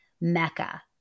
mecca